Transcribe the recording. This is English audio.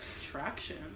attraction